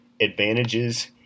advantages